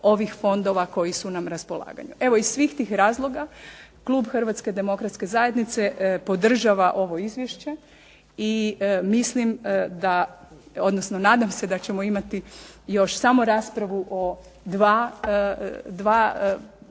ovih fondova koji su nam na raspolaganju. Evo, iz svih tih razloga klub HDZ-a podržava ovo izvješće i mislim, odnosno nadam se da ćemo imati još samo raspravu o 2